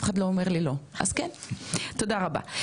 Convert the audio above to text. אף אחד לא אומר לי לא, אז כן, תודה רבה.